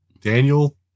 daniel